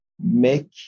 make